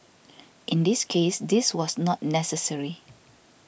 in this case this was not necessary